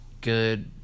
good